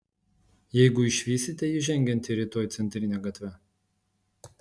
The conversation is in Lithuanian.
jeigu išvysite jį žengiantį rytoj centrine gatve